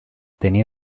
tenía